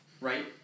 Right